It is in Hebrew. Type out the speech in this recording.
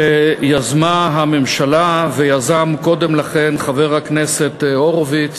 שיזמה הממשלה ויזם קודם לכן חבר הכנסת הורוביץ